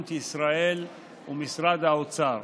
ג'וינט ישראל ומשרד האוצר.